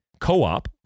co-op